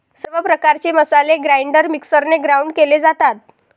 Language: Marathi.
सर्व प्रकारचे मसाले ग्राइंडर मिक्सरने ग्राउंड केले जातात